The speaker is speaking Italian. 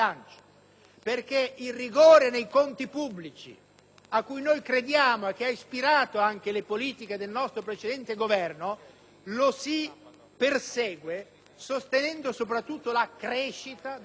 perché il rigore nei conti pubblici, a cui noi crediamo e che ha ispirato anche le politiche del nostro precedente Governo, lo si persegue sostenendo soprattutto la crescita economica